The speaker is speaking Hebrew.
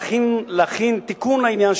להכין תיקון לעניין,